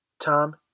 Tom